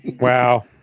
Wow